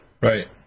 Right